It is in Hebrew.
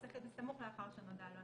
זה צריך להיות בסמוך לאחר שנודע לו.